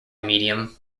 medium